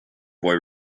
boy